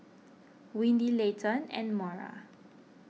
Windy Leighton and Maura